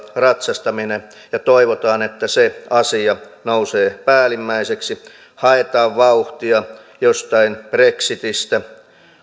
ratsastaminen toivotaan että se asia nousee päällimmäiseksi haetaan vauhtia jostain brexitistä